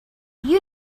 you